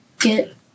get